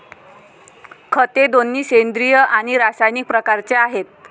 खते दोन्ही सेंद्रिय आणि रासायनिक प्रकारचे आहेत